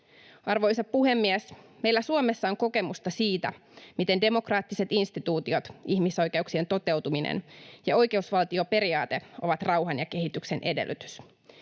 Arvoisa puhemies! Meillä Suomessa on kokemusta siitä, miten demokraattiset instituutiot, ihmisoikeuksien toteutuminen ja oikeusvaltioperiaate ovat rauhan ja kehityksen edellytys.